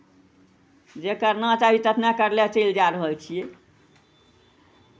जे करना चाही ततने करले चलि जा रहल छियै